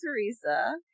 Teresa